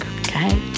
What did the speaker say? Okay